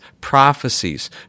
prophecies